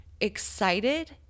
excited